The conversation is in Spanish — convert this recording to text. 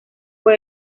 fue